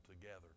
together